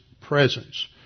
presence